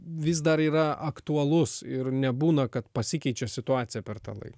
vis dar yra aktualus ir nebūna kad pasikeičia situacija per tą laiką